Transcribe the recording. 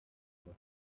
were